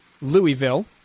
Louisville